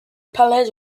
palais